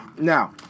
now